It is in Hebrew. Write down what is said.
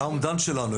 זה אומדן שלנו.